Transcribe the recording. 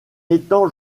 étang